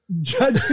Judge